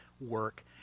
work